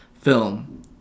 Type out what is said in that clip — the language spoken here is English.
film